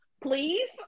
please